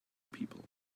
people